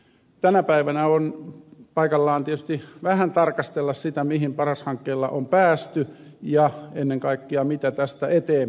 tänä päivänä on paikallaan tietysti vähän tarkastella sitä mihin paras hankkeella on päästy ja ennen kaikkea mitä tästä eteenpäin